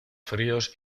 fríos